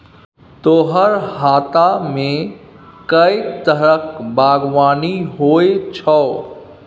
तोहर हातामे कैक तरहक बागवानी होए छौ